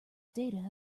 data